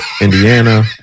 Indiana